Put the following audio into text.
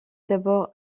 d’abord